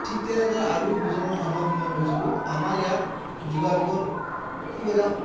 ঠিক তেনেদৰে আৰু দুজনমান মানুহক মই কৈছিলোঁ আমাৰ ইয়াত যোগাযোগৰ খুব এটা